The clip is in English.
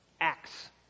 acts